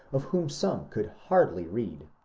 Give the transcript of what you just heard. of whom some could hardly read.